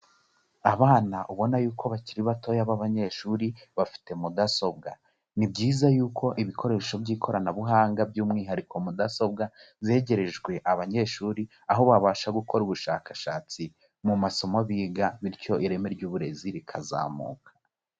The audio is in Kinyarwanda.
Abana ubona yuko bakiri batoya b'abanyeshuri, bafite mudasobwa. Ni byiza yuko ibikoresho by'ikoranabuhanga by'umwihariko mudasobwa zegerejwe abanyeshuri, aho babasha gukora ubushakashatsi mu masomo biga, bityo ireme ry'uburezi rikazamuka.